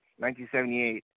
1978